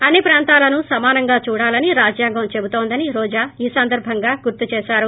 అన్ని ప్రాంతాలను సమానంగా చూడాలని రాజ్యాంగం చెబుతోందని రోజా ఈ సందర్బంగా గుర్తు చేశారు